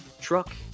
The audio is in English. Truck